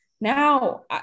Now